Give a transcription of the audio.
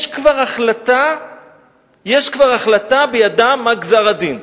יש כבר החלטה בידם מה גזר-הדין.